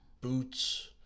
boots